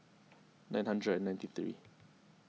nine hundred and ninety three